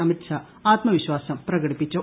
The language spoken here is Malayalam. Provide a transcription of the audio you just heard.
അമിത്ഷാ ആത്മവിശ്വാസം പ്രകടിപ്പിച്ചു